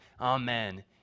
Amen